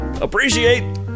appreciate